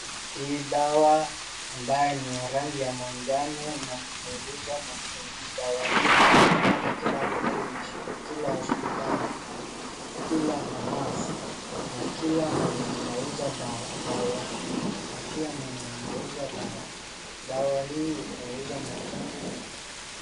Hii dawa ambayo ni ya rangi ya manjano ni ya kupunguza machungu. Dawa hii hupatikana kila mahali nchini, kila hospitali, kila famasi na kila mwenye anauza dawa. Dawa hii hupunguza machungu.